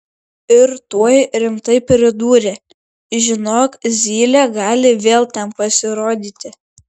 ir tuoj rimtai pridūrė žinok zylė gali vėl ten pasirodyti